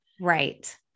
Right